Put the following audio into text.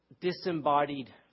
disembodied